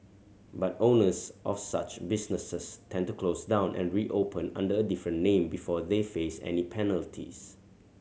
but owners of such businesses tend to close down and reopen under a different name before they face any penalties